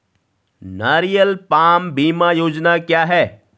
नारियल पाम बीमा योजना क्या है?